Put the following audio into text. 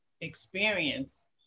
experience